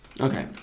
Okay